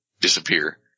disappear